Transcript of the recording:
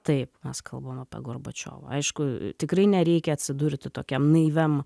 taip mes kalbam apie gorbačiovą aišku tikrai nereikia atsidurti tokiam naiviam